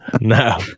No